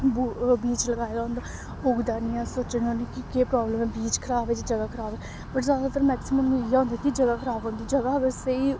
बू बीज लगाए दा होंदा उगदा निं अस सोचने होन्ने कि केह् प्रॉब्लम ऐ बीज खराब ऐ जां जगह खराब ऐ पर जादातर मैक्सीमम इ'यै होंदा कि जगह् खराब होंदी जगह् अगर स्हेई